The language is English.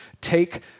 Take